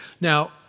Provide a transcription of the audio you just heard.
Now